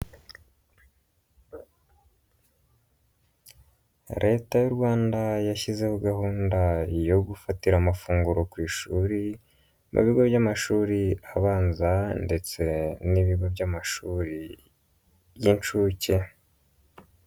Leta y'u Rwanda yashyizeho gahunda yo gufatira amafunguro ku ishuri, mu bigo by'amashuri abanza ndetse n'ibigo by'amashuri y'inshuke.